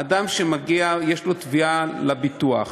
אדם שיש לו תביעה לביטוח,